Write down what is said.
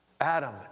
Adam